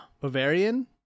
Bavarian